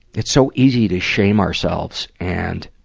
it's so easy to shame ourselves and,